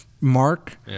mark